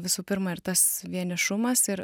visų pirma ir tas vienišumas ir